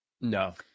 No